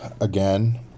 again